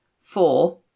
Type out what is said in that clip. four